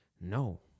no